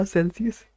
Celsius